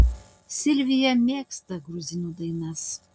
silvija mėgsta gruzinų dainas